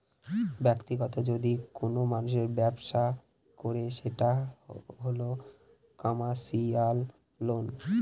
ব্যাক্তিগত যদি কোনো মানুষ ব্যবসা করে সেটা হল কমার্সিয়াল লোন